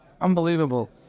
Unbelievable